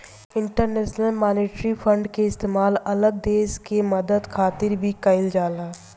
international monetary fund के इस्तेमाल अलग देश के मदद खातिर भी कइल जाला